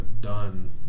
done